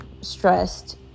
stressed